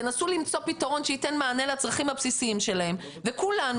תנסו למצוא פתרון שייתן מענה לצרכים הבסיסיים שלהם' וכולנו